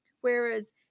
Whereas